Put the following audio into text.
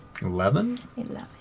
Eleven